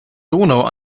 donau